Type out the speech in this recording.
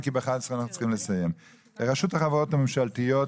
רשות החברות הממשלתיות,